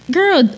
girl